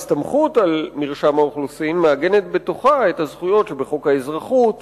הסתמכות על מרשם האוכלוסין מעגנת בתוכה את הזכויות שבחוק האזרחות